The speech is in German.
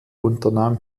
unternahm